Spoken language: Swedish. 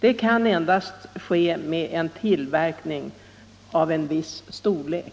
En förutsättning måste vara att tillverkningen är av en viss storlek.